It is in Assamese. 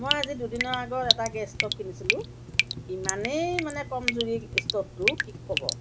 মই আজি দুদিনৰ আগত এটা গেছ ষ্ট'ভ কিনিছিলোঁ ইমানেই মানে কমজুৰি ষ্ট'ভটো কি ক'ব